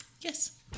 yes